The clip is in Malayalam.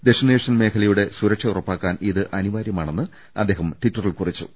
ദക്ഷിണേഷ്യൻ മേഖലയുടെ സുരക്ഷ ഉറപ്പാക്കാൻ ഇത് അനിവാരൃമാണെന്ന് അദ്ദേഹം ടിറ്ററിൽ കുറിച്ചു